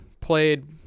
played